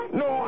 no